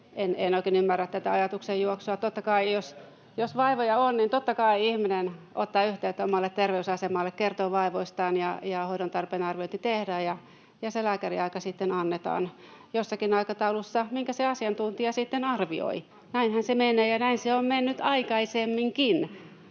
En oikein ymmärrä tätä ajatuksenjuoksua. Jos vaivoja on, niin totta kai ihminen ottaa yhteyttä omaan terveysasemaan, kertoo vaivoistaan ja hoidon tarpeen arviointi tehdään. Se lääkäriaika sitten annetaan jossakin aikataulussa, minkä se asiantuntija sitten arvioi. Näinhän se menee, ja näin se on mennyt aikaisemminkin.